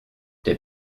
der